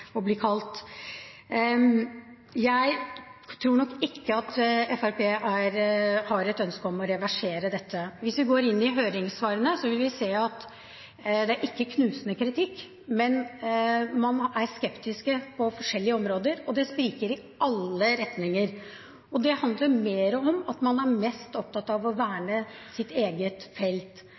bli kalt. Jeg tror nok ikke at Fremskrittspartiet har noe ønske om å reversere dette. Hvis vi går inn i høringssvarene, vil vi se at det ikke er knusende kritikk, men man er skeptisk på forskjellige områder, og det spriker i alle retninger. Det handler mer om at man er mest opptatt av å verne sitt eget felt.